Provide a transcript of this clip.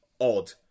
odd